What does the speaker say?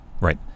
Right